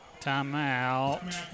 timeout